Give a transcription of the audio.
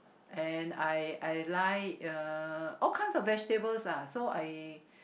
and I I like uh all kinds of vegetables lah so I